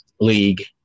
League